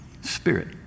Spirit